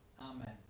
Amen